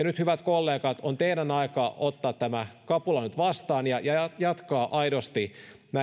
nyt hyvät kollegat on teidän aikanne ottaa tämä kapula vastaan ja ja jatkaa aidosti